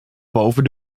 boven